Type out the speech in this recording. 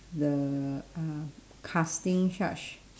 the uh casting such